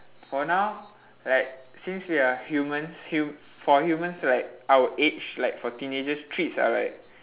for now like since we are humans hum~ for humans like our age like for teenagers treats are like